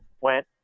went